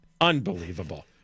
Unbelievable